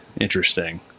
interesting